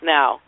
Now